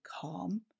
calm